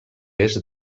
est